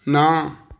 ਨਾ